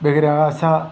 ബഹിരാകാശ